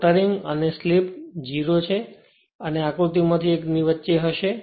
motoring mode અને slip 0 અને આ આકૃતિમાંથી એક ની વચ્ચે હશે